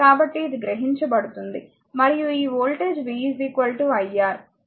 కాబట్టి ఇది గ్రహించబడుతుంది మరియు ఈ వోల్టేజ్ v iR